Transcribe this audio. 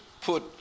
put